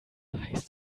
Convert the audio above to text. heißt